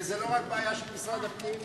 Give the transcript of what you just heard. וזו לא רק בעיה של משרד הפנים.